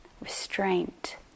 restraint